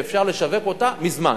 שאפשר לשווק אותה מזמן.